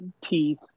teeth